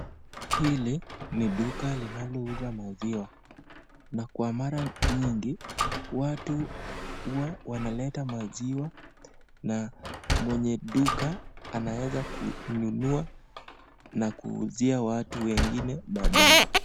Hili ni duka linalouza maziwa na kwa mara nyingi, watu huwa wanaleta maziwa na mwenye duka anaeza kununua na kuuzia watu wengine baadaye.